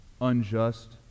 unjust